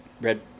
red